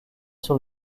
sur